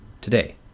today